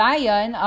Lion